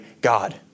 God